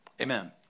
Amen